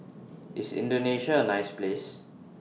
IS Indonesia A nice Place